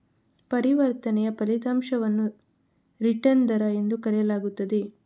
ಪರಿವರ್ತನೆಯ ಫಲಿತಾಂಶವನ್ನು ರಿಟರ್ನ್ ದರ ಎಂದು ಕರೆಯಲಾಗುತ್ತದೆ